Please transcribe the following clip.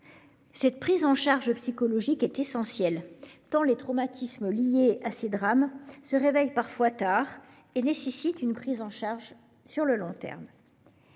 Cette prise en charge psychologique est essentielle, car les traumatismes liés à ces drames se réveillent parfois tard. Ils nécessitent donc une prise en charge sur le long terme.